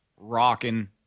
rocking